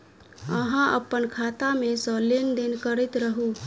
अहाँ अप्पन खाता मे सँ लेन देन करैत रहू?